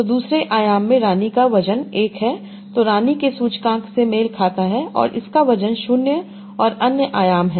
तो दूसरे आयाम में रानी का वजन 1 है जो रानी के सूचकांक से मेल खाता है और इसका वजन 0 और अन्य आयाम है